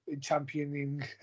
championing